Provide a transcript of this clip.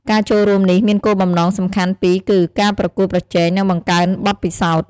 ការចូលរួមនេះមានគោលបំណងសំខាន់ពីរគឺ ការប្រកួតប្រជែង និងបង្កើនបទពិសោធន៍។